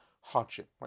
hardship